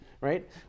right